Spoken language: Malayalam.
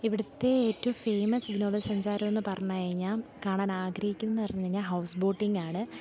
ഇവിടുത്തെ ഏറ്റവും ഫേമസ് വിനോദസഞ്ചാരമെന്നു പറഞ്ഞു കഴിഞ്ഞാൽ കാണാൻ ആഗ്രഹിക്കുന്ന പറഞ്ഞു കഴിഞ്ഞാൽ ഹൗസ് ബോട്ടിംഗാണ്